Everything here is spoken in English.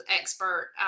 expert